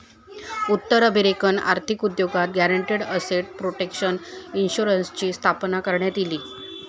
उत्तर अमेरिकन आर्थिक उद्योगात गॅरंटीड एसेट प्रोटेक्शन इन्शुरन्सची स्थापना करण्यात इली